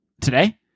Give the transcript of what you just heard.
Today